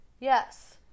Yes